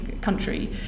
country